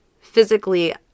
physically